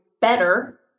better